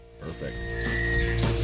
Perfect